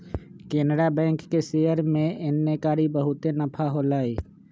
Canara bank के share में एन्नेकारी बहुते नफा होलई